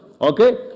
okay